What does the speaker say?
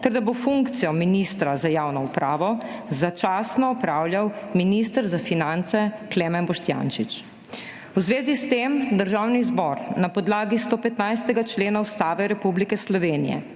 ter da bo funkcijo ministra za javno upravo začasno opravljal minister za finance Klemen Boštjančič. V zvezi s tem Državni zbor na podlagi 115. člena Ustave Republike Slovenije